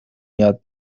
یاد